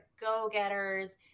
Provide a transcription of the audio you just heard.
go-getters